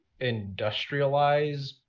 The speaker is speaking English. industrialize